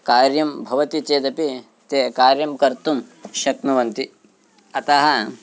कार्यं भवति चेदपि ते कार्यं कर्तुं शक्नुवन्ति अतः